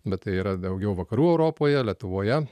bet tai yra daugiau vakarų europoje lietuvoje